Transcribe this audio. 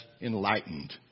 enlightened